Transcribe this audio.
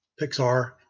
pixar